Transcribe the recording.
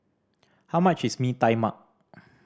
how much is Mee Tai Mak